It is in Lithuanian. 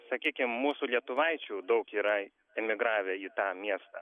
sakykim mūsų lietuvaičių daug yra emigravę į tą miestą